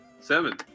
seven